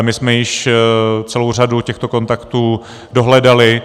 My jsme již celou řadu těchto kontaktů dohledali.